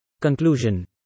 Conclusion